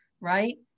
right